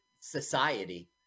Society